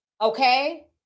okay